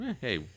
Hey